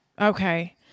Okay